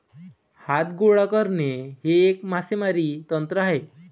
हात गोळा करणे हे एक मासेमारी तंत्र आहे